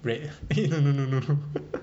eh no no no